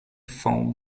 foam